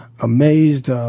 amazed